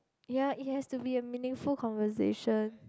ya it has to be a meaningful conversation